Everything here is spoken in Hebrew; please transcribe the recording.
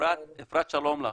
אפרת, שלום לך.